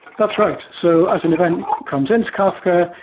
that's right. so as an event comes into kafka,